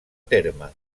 terme